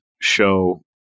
show